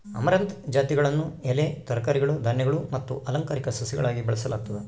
amaranth ಜಾತಿಗಳನ್ನು ಎಲೆ ತರಕಾರಿಗಳು ಧಾನ್ಯಗಳು ಮತ್ತು ಅಲಂಕಾರಿಕ ಸಸ್ಯಗಳಾಗಿ ಬೆಳೆಸಲಾಗುತ್ತದೆ